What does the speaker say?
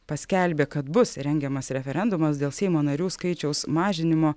paskelbė kad bus rengiamas referendumas dėl seimo narių skaičiaus mažinimo